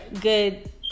good